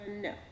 No